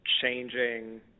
changing